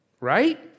right